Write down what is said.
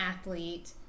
athlete